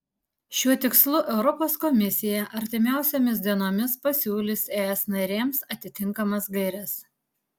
šiuo tikslu europos komisija artimiausiomis dienomis pasiūlys es narėms atitinkamas gaires